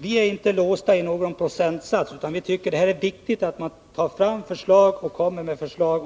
Vi är inte låsta vid någon procentsats, utan vi tycker att det är viktigt att man tar fram förslag